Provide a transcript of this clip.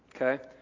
Okay